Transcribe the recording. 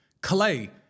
Clay